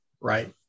Right